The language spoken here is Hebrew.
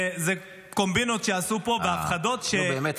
זה קומבינות שעשו פה והפחדות -- נו באמת,